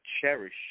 cherish